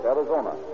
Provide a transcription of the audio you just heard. Arizona